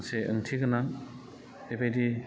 मोनसे ओंथि गोनां बेबायदि